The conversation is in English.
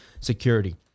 security